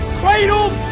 cradled